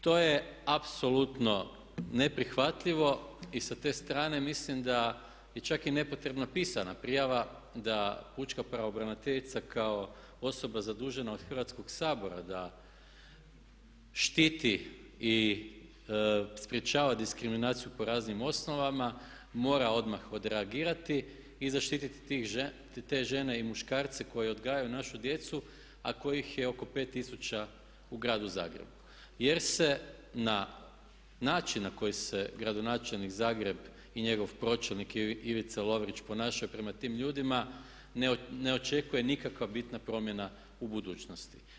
To je apsolutno neprihvatljivo i sa te strane mislim da bi čak i nepotreban pisana prijava da pučka pravobraniteljica kao osoba zadužena od Hrvatskog sabora da štiti i sprječava diskriminaciju po raznim osnovama mora odmah od reagirati i zaštiti te žene i muškarce koji odgajaju našu djecu a kojih je oko 5 tisuća u gradu Zagrebu, jer se na način na koji se gradonačelnik Zagreb i njegov pročelnik Ivica Lovrić ponašaju prema tim ljudima ne očekuje nikakva bitna promjena u budućnosti.